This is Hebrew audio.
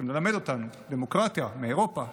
הם צריכים ללמד אותנו דמוקרטיה, מאירופה.